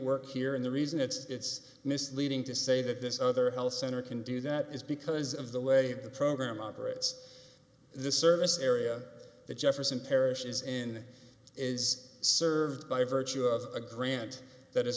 work here in the reason it's misleading to say that this other health center can do that is because of the way the program operates this service area the jefferson parish is in is served by virtue of a grant that